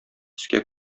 өскә